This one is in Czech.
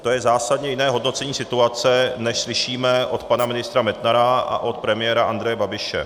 To je zásadně jiné hodnocení situace, než slyšíme od pana ministra Metnara a od premiéra Andreje Babiše.